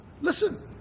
listen